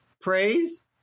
praise